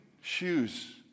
shoes